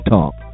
Talk